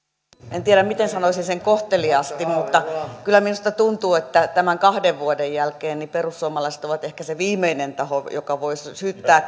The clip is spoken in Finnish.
en tiedä miten sanoisin sen kohteliaasti mutta kyllä minusta tuntuu että näiden kahden vuoden jälkeen perussuomalaiset ovat ehkä se viimeinen taho joka voi syyttää